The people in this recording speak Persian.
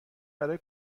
برای